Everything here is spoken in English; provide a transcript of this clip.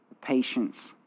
patience